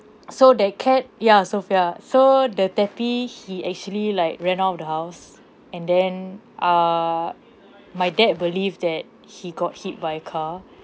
so that cat ya sophia so the tappy he actually like ran out of the house and then err my dad believed that he got hit by a car